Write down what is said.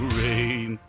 rain